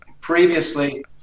previously